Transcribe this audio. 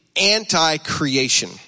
anti-creation